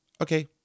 Okay